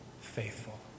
faithful